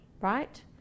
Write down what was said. right